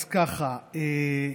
אז ככה,